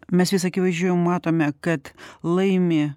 mes vis akivaizdžiau matome kad laimi